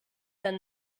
than